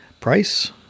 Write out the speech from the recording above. Price